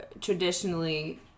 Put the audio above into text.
traditionally